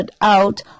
out